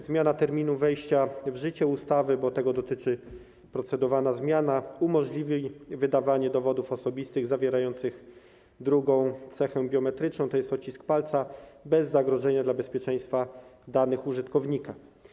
Zmiana terminu wejścia w życie ustawy - bo tego dotyczy procedowana zmiana - umożliwi wydawanie dowodów osobistych zawierających drugą cechę biometryczną, to jest odcisk palca, bez zagrożenia dla bezpieczeństwa danych użytkownika.